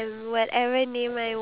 and the horse